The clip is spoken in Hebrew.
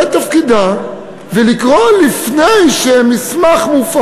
את תפקידה ולקרוא מסמך לפני שהוא מופץ.